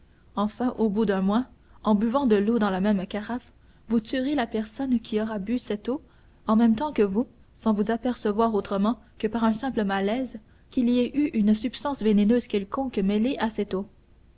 enfin au bout d'un mois en buvant de l'eau dans la même carafe vous tuerez la personne qui aura bu cette eau en même temps que vous sans vous apercevoir autrement que par un simple malaise qu'il y ait eu une substance vénéneuse quelconque mêlée à cette eau